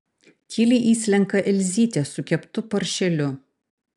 tyliai įslenka elzytė su keptu paršeliu